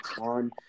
on